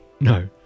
No